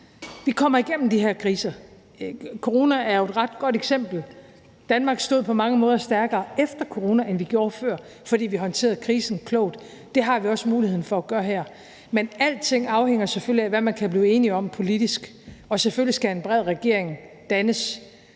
vi kommer igennem de her kriser. Corona er jo et ret godt eksempel. Danmark stod på mange måde stærkere efter corona, end vi gjorde før, fordi vi håndterede krisen klogt. Det har vi også muligheden for at gøre her. Men alting afhænger selvfølgelig af, hvad man kan blive enige om politisk, og selvfølgelig skal en bred regering dannes